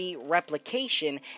replication